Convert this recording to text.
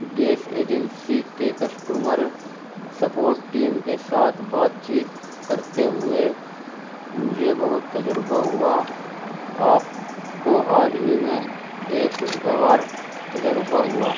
gas agency کے customer support team کے ساتھ بات چیت کرتے ہوئے مجھے بہت تجربہ ہوا آپ کو حال ہی میں ایک خوشگوار تجربہ ہوا